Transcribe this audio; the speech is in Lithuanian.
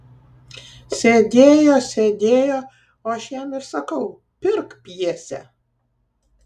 sėdėjo sėdėjo o aš jam ir sakau pirk pjesę